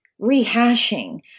rehashing